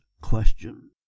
question